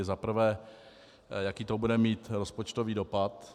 Za prvé, jaký to bude mít rozpočtový dopad.